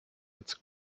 its